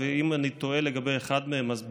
ואם אני טועה לגבי אחד מהם אז ברובם.